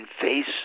face